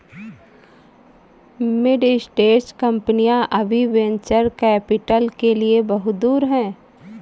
mid stage कंपनियां अभी venture capital के लिए बहुत दूर हैं